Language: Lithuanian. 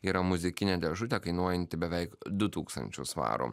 yra muzikinė dėžutė kainuojanti beveik du tūkstančius svarų